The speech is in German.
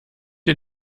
ihr